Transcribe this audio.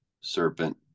serpent